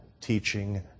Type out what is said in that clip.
teaching